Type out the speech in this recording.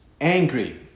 angry